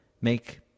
make